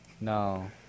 No